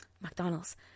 McDonald's